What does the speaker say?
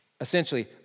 essentially